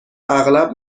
اغلب